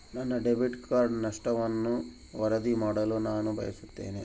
ನನ್ನ debit card ನಷ್ಟವನ್ನು ವರದಿ ಮಾಡಲು ನಾನು ಬಯಸುತ್ತೇನೆ